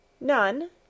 None